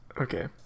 Okay